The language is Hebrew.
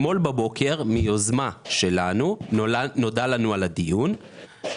על הדיון של היום נודע לנו רק אתמול.